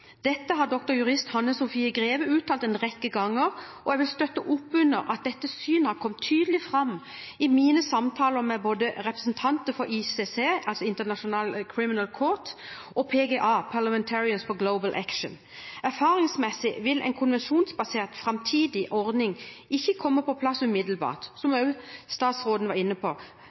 Dette har dr. juris. Hanne Sophie Greve uttalt en rekke ganger, og jeg vil støtte opp under at dette synet har kommet tydelig fram i mine samtaler med både representanter for ICC, altså International Criminal Court, og PGA, Parlamentarians for Global Action. Erfaringsmessig vil en konvensjonsbasert framtidig ordning ikke komme på plass umiddelbart, som også statsråden var inne på,